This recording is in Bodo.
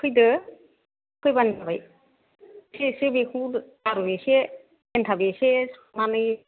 फैदो फैब्लानो जाबाय एसे एसे बेखौ लारु एसे एन्थाब एसे संनानै